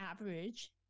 average